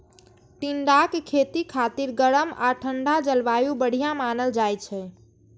टिंडाक खेती खातिर गरम आ ठंढा जलवायु बढ़िया मानल जाइ छै